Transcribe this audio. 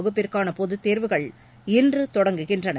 வகுப்பிற்கான பொதுத்தோ்வுகள் இன்று தொடங்குகின்றன